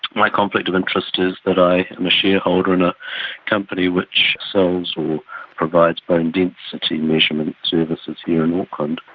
my conflict of interest is that i am a shareholder in a company which sells or provides bone density measurement services here in auckland,